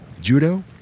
Judo